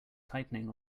tightening